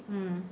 mm